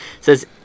says